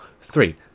Three